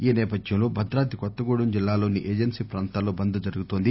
ఈ సేపథ్యంలో భద్రాద్రి కొత్తగూడెం జిల్లాలోని ఏజెన్సీ ప్రాంతాల్లో బంద్ జరుగుతోంది